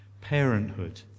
parenthood